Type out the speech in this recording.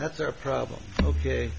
that's our problem ok